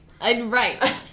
Right